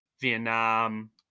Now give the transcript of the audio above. Vietnam